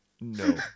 No